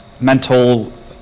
mental